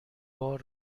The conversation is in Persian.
بار